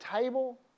table